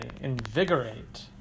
invigorate